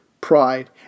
pride